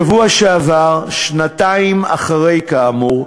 בשבוע שעבר, שנתיים אחרי, כאמור,